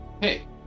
Hey